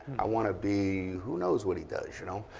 i want to be who knows what he does, you know.